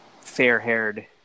fair-haired